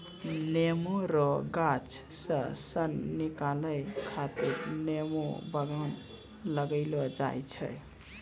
नेमो रो गाछ से सन निकालै खातीर नेमो बगान लगैलो जाय छै